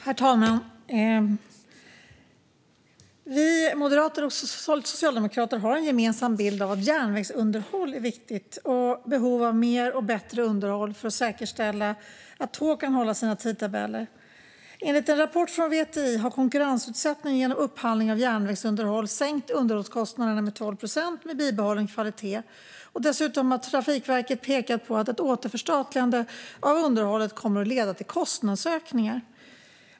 Herr talman! Moderater och socialdemokrater har en gemensam syn att järnvägsunderhåll är viktigt, liksom när det gäller behovet av mer och bättre underhåll för att säkerställa att tåg kan hålla sina tidtabeller. Enligt en rapport från VTI har konkurrensutsättning genom upphandling av järnvägsunderhåll sänkt underhållskostnaderna med 12 procent med bibehållen kvalitet. Dessutom har Trafikverket pekat på att ett återförstatligande av underhållet kommer att leda till kostnadsökningar.